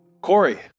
Corey